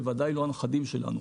ובוודאי לא הנכדים שלנו.